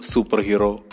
Superhero